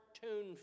cartoon